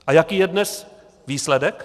A jaký je dnes výsledek?